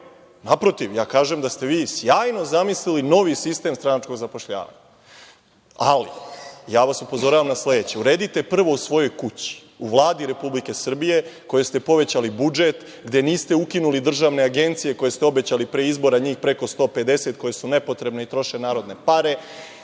sporim. Naprotiv, kažem da ste vi sjajno zamislili novi sistem stranačkog zapošljavanja, ali upozoravam vas na sledeće. Uredite prvo u svojoj kući, u Vladi Republike Srbije kojoj ste povećali budžet, gde niste ukinuli državne agencije koje ste obećali pre izbora, njih 150 koje su nepotrebne i troše narodne pare.